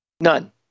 None